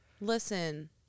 Listen